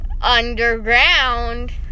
underground